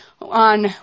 on